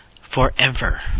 forever